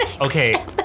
Okay